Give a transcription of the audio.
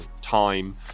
Time